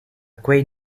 quei